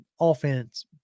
offense